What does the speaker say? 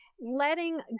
letting